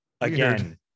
Again